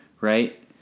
right